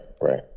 right